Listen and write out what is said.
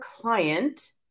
client